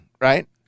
right